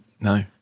No